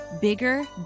Bigger